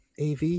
AV